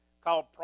called